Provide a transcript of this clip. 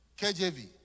KJV